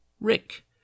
Rick